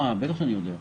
בטח שאני יודע.